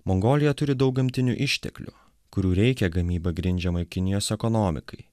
mongolija turi daug gamtinių išteklių kurių reikia gamyba grindžiamai kinijos ekonomikai